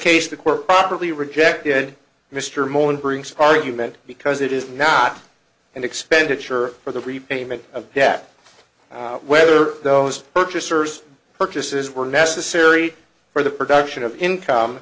case the court properly rejected mr mone brings argument because it is not an expenditure for the repayment of debt whether those purchasers purchases were necessary for the production of income